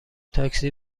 تاکسی